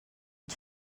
est